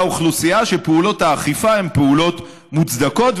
אוכלוסייה שפעולות האכיפה הן פעולות מוצדקות.